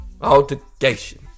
altercation